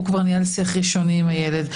הוא כבר ניהל שיח ראשוני עם הילד,